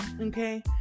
Okay